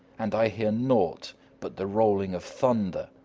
and i hear naught but the rolling of thunder.